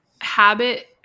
habit